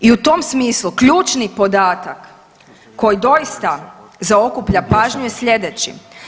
I u tom smislu ključni podatak koji doista zaokuplja pažnju je sljedeći.